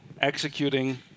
executing